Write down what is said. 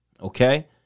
okay